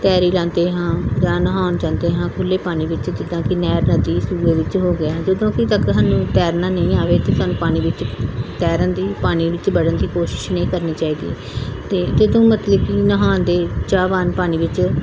ਤੈਰੀ ਲਾਉਂਦੇ ਹਾਂ ਜਾਂ ਨਹਾਉਣ ਜਾਂਦੇ ਹਾਂ ਖੁੱਲ੍ਹੇ ਪਾਣੀ ਵਿੱਚ ਜਿੱਦਾਂ ਕਿ ਨਹਿਰ ਨਦੀ ਸੂਏ ਵਿੱਚ ਹੋ ਗਿਆ ਜਦੋਂ ਕਿ ਤੱਕ ਸਾਨੂੰ ਤੈਰਨਾ ਨਹੀਂ ਆਏ ਅਤੇ ਸਾਨੂੰ ਪਾਣੀ ਵਿੱਚ ਤੈਰਨ ਦੀ ਪਾਣੀ ਵਿੱਚ ਵੜਨ ਦੀ ਕੋਸ਼ਿਸ਼ ਨਹੀਂ ਕਰਨੀ ਚਾਹੀਦੀ ਅਤੇ ਜਦੋਂ ਮਤਲਬ ਕਿ ਨਹਾਉਣ ਦੇ ਚਾਹਵਾਨ ਪਾਣੀ ਵਿੱਚ